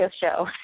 show